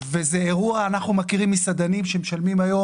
אנחנו מכירים מסעדנים שמשלמים היום